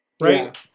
right